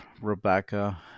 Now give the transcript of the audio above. Rebecca